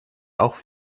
auch